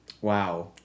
Wow